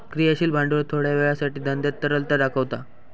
क्रियाशील भांडवल थोड्या वेळासाठी धंद्यात तरलता दाखवता